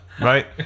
Right